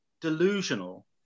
delusional